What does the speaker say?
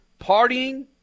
partying